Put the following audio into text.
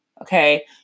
Okay